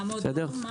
לעמוד דום?